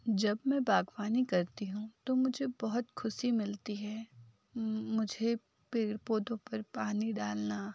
जब मैं बागवानी करती हूँ तो मुझे बहुत खुशी मिलती है मुझे पेड़ पौधों पर पानी डालना